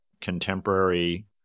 contemporary